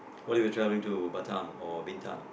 what if you're travelling to Batam or Bintan